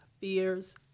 fears